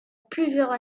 plusieurs